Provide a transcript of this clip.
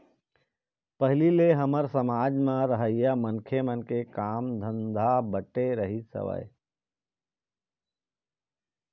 पहिली ले ही हमर समाज म रहइया मनखे मन के काम धंधा बटे रहिस हवय